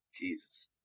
Jesus